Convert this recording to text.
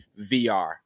VR